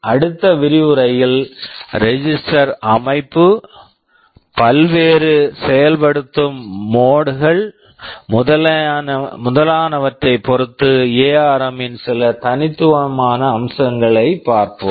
அடுத்த விரிவுரையில் register register அமைப்பு பல்வேறு செயல்படுத்தும் மோட் execution mode கள் முதலானவற்றைப் பொறுத்து எஆர்ம் ARM இன் சில தனித்துவமான அம்சங்களைப் பார்ப்போம்